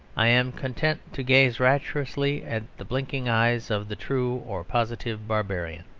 i am content to gaze rapturously at the blinking eyes of the true, or positive, barbarian.